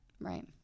Right